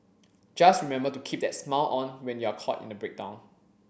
just remember to keep that smile on when you're caught in a breakdown